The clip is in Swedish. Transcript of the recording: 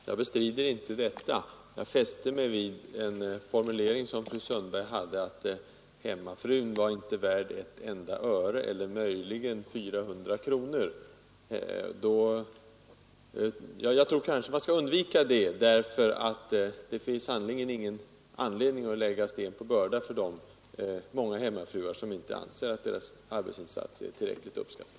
Herr talman! Jag bestrider inte detta. Jag fäste mig vid fru Sundbergs formulering att hemmafrun inte var värd ett enda öre eller möjligen 400 kronor. Jag tror att man skall undvika sådana uttalanden. Det finns sannerligen ingen anledning att lägga sten på börda för de många hemmafruar, som anser att deras arbetsinsats inte är tillräckligt uppskattad.